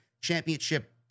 Championship